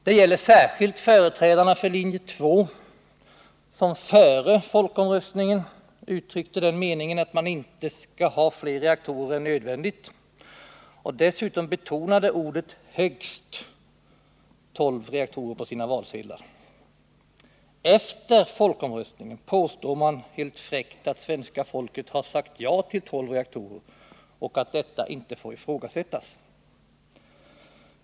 Det gäller särskilt företrädarna för linje 2, som före folkomröstningen uttryckte den meningen att man inte skall ha fler reaktorer än nödvändigt och dessutom betonade orden ”högst 12 reaktorer” på sina valsedlar. Efter folkomröstningen påstår man helt fräckt att svenska folket har sagt ja till tolv reaktorer och att detta inte får ifrågasättas.